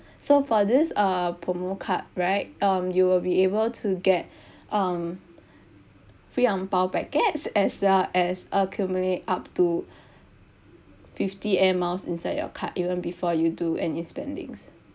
so for this uh promo card right um you will be able to get um free angpao packets as well as accumulate up to fifty Air Miles inside your card even before you do any spendings